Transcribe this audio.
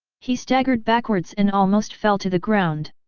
he staggered backwards and almost fell to the ground.